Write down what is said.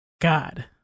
God